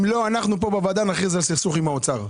אם לא, אנחנו פה בוועדה נכריז על סכסוך עם האוצר.